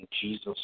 Jesus